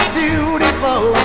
beautiful